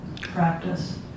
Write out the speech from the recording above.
practice